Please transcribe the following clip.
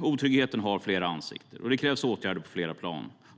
Otryggheten har flera ansikten, och det krävs åtgärder på flera plan.